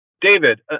David